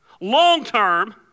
long-term